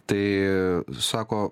tai sako